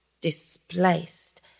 displaced